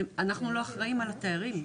אנחנו לא אחראים על התיירים.